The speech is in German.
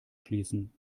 schließen